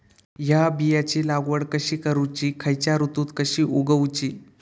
हया बियाची लागवड कशी करूची खैयच्य ऋतुत कशी उगउची?